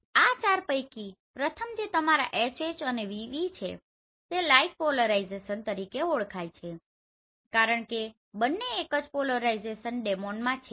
આ ચાર પૈકી પ્રથમ બે તમારા HH અને VV છે તે લાઇક પોલરાઇઝેશન તરીકે ઓળખાય છે કારણ કે બંને એક જ પોલરાઇઝેશન ડોમેનમાં છે